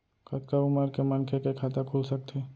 कतका उमर के मनखे के खाता खुल सकथे?